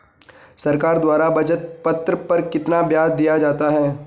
सरकार द्वारा बचत पत्र पर कितना ब्याज दिया जाता है?